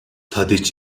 tadiç